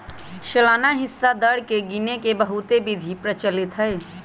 सालाना हिस्सा दर के गिने के बहुते विधि प्रचलित हइ